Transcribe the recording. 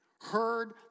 heard